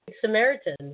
Samaritan